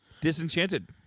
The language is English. Disenchanted